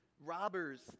robbers